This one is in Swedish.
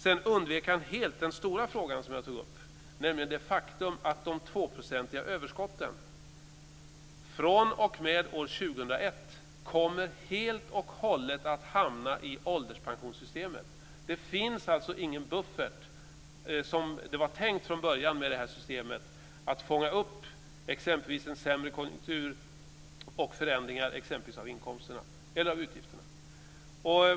Han undvek helt den stora fråga som jag tog upp, nämligen det faktum att det 2-procentiga överskottet fr.o.m. år 2001 helt och hållet kommer att hamna i ålderspensionssystemet. Det finns alltså ingen buffert, vilket var tänkt från början i detta system, för att fånga upp exempelvis en sämre konjunktur och förändringar av inkomsterna eller av utgifterna.